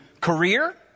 career